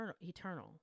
eternal